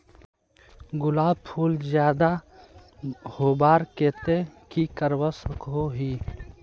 गुलाब फूल ज्यादा होबार केते की करवा सकोहो ही?